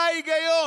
מה ההיגיון?